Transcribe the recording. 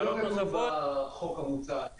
זה לא כתוב בחוק המוצע.